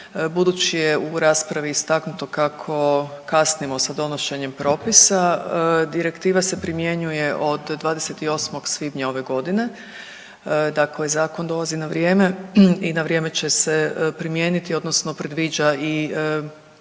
Budući je u raspravi istaknuto kako kasnimo sa donošenjem propisa, Direktiva se primjenjuje od 28. Svibnja ove godine, dakle Zakon dolazi na vrijeme i na vrijeme će se primijeniti odnosno predviđa i